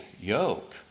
yoke